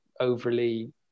overly